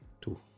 Two